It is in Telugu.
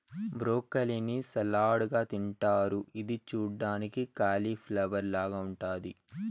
బ్రోకలీ ని సలాడ్ గా తింటారు ఇది చూడ్డానికి కాలిఫ్లవర్ లాగ ఉంటాది